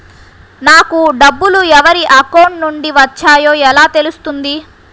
నాకు డబ్బులు ఎవరి అకౌంట్ నుండి వచ్చాయో ఎలా తెలుస్తుంది?